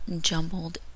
jumbled